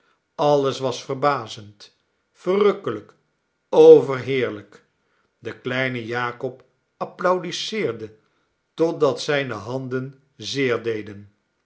alles was verbazend verrukkelijk overheerlijk de kleine jakob applaudisseerde totdat zijne handen zeer deden